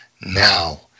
now